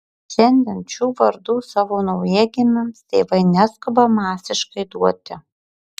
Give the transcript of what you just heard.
šiandien šių vardų savo naujagimiams tėvai neskuba masiškai duoti